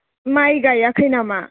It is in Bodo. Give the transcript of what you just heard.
माय गायाखै नामा